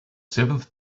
seventh